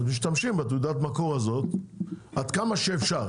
אז משתמשים בתעודת המקור הזאת עד כמה שאפשר.